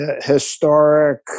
historic